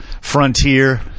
Frontier